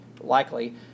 likely